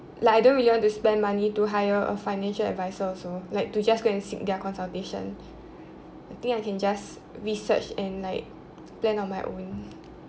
like I don't really want to spend money to hire a financial advisor also like to just go and seek their consultation I think I can just research and like plan on my own